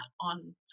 on